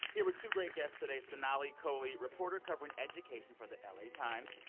here with two great guests today sonali kohli, reporter covering education for the la times,